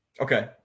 okay